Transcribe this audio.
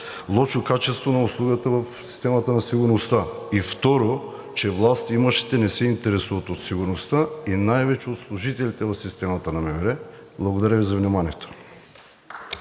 лошо качество на услугата в системата на сигурността, и второ, че властимащите не се интересуват от сигурността и най-вече от служителите в системата на МВР. Благодаря Ви за вниманието.